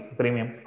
premium